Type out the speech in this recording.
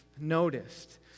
noticed